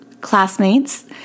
classmates